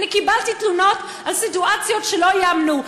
אני קיבלתי תלונות על סיטואציות שלא ייאמנו.